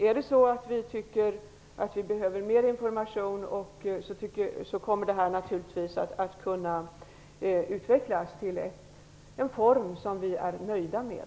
Om vi tycker att vi behöver mer information, kommer det här naturligtvis att kunna utvecklas till en form som vi är nöjda med.